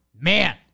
Man